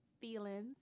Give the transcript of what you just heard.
feelings